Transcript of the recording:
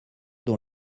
dont